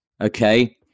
okay